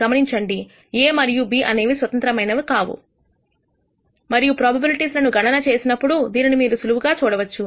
గమనించండి A మరియు B అనేవి స్వతంత్రమైన కావు మరియు ప్రొబబిలిటీస్ లను గణన చేసి దీనిని మీరు సులువుగా చూడవచ్చు